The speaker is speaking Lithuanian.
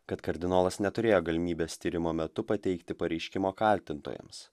kad kardinolas neturėjo galimybės tyrimo metu pateikti pareiškimo kaltintojams